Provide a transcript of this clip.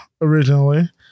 originally